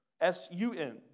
S-U-N